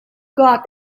got